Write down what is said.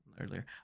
earlier